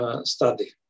study